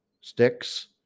sticks